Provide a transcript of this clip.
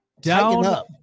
down